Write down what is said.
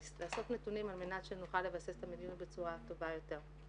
לאסוף נתונים על מנת שנוכל לבסס את המדיניות בצורה טובה יותר.